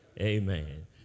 Amen